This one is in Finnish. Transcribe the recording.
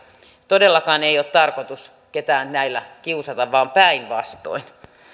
todellakaan ei ole tarkoitus ketään näillä kiusata vaan päinvastoin